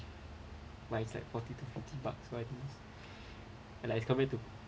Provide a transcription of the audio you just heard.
like it's like forty to forty bucks I think and like it's coming to